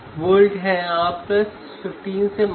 तो वहाँ एक अंतर है है ना